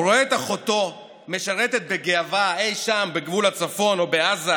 הוא רואה את אחותו משרתת בגאווה אי שם בגבול הצפון או בעזה